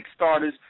Kickstarters